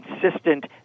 consistent